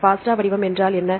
ஃபாஸ்டா வடிவம் என்றால் என்ன